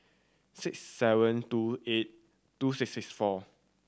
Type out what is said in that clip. six seven two eight two six six four